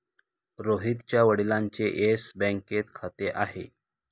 रोहितच्या वडिलांचे येस बँकेत खाते आहे